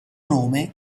nome